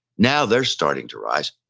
now they're starting to rise.